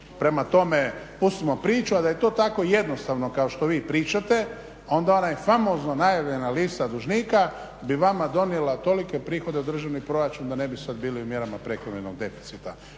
Prema tome, pustimo priču. A da je to tako jednostavno kao što vi pričate onda ona famozno najavljena lista dužnika bi vama donijela tolike prihode u državni proračun da ne bi sad bili u mjerama prekomjernog deficita.